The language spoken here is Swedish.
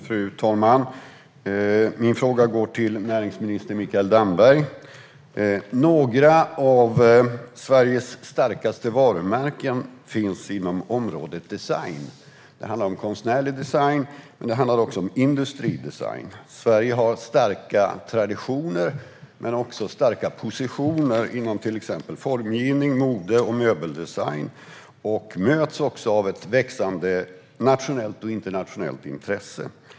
Fru talman! Min fråga går till näringsminister Mikael Damberg. Några av Sveriges starkaste varumärken finns inom området design. Det handlar om konstnärlig design men även om industridesign. Sverige har starka traditioner men också starka positioner inom till exempel formgivning, mode och möbeldesign och möts också av ett växande nationellt och internationellt intresse.